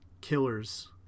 Killers